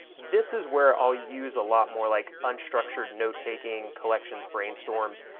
this is where i'll use a lot more like unstructured notetaking, collections, brainstorms,